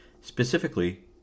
Specifically